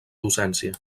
docència